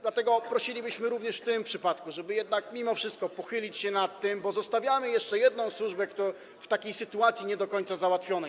Dlatego prosilibyśmy również w tym przypadku, żeby jednak mimo wszystko pochylić się nad tym, bo zostawiamy jeszcze jedną służbę w sytuacji nie do końca załatwionej.